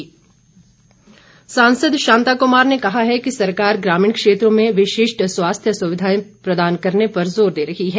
शांता कुमार सांसद शांता कुमार ने कहा है कि सरकार ग्रामीण क्षेत्रों में विशिष्ट स्वास्थ्य सुविधाएं प्रदान करने पर जोर दे रही है